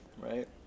right